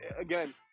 Again